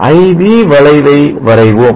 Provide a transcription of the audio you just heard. I V I V வளைவை வரைவோம்